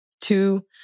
Two